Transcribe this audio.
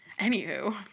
anywho